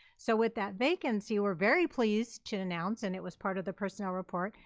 so with that vacancy, were very pleased to announce and it was part of the personnel report,